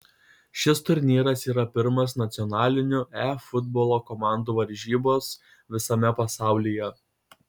šis turnyras yra pirmasis nacionalinių e futbolo komandų varžybos visame pasaulyje